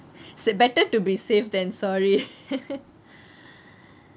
better to be safe than sorry